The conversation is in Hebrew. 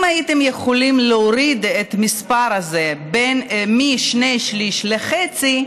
אם הייתם יכולים להוריד את המספר משני שליש לחצי,